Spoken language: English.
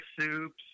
soups